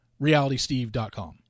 RealitySteve.com